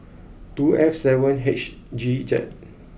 two F seven H G Z